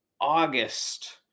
August